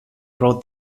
pro